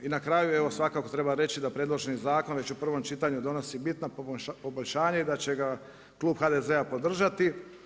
I na kraju evo svakako treba reći da predloženi zakon već u prvom čitanju donosi bitna poboljšanja i da će ga klub HDZ-a podržati.